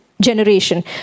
generation